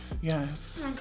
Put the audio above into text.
Yes